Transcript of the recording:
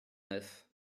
neuf